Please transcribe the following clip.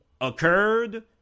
occurred